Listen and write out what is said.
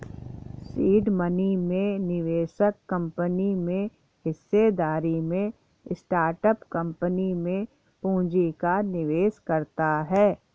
seed money में निवेशक कंपनी में हिस्सेदारी में स्टार्टअप कंपनी में पूंजी का निवेश करता है